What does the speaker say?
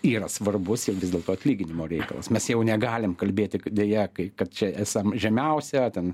yra svarbus ir vis dėlto atlyginimo reikalas mes jau negalim kalbėti deja kai kad čia esam žemiausia ten